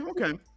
okay